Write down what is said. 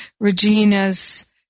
Regina's